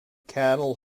cattle